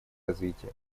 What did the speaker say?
развитие